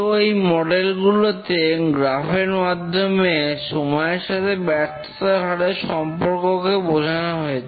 তো এই মডেলগুলোতে গ্রাফ এর মাধ্যমে সময়ের সাথে ব্যর্থতার হারের সম্পর্ককে বোঝানো হয়েছে